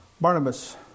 Barnabas